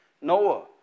Noah